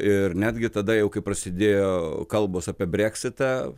ir netgi tada jau kai prasidėjo kalbos apie breksitą